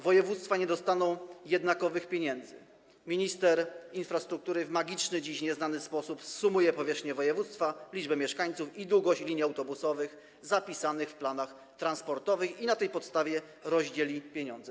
Województwa nie dostaną jednakowych pieniędzy, minister infrastruktury w magiczny, dziś nieznany sposób zsumuje powierzchnię województwa, liczbę mieszkańców i długość linii autobusowych zapisanych w planach transportowych i na tej podstawie rozdzieli pieniądze.